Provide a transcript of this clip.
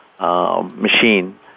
machine